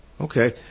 Okay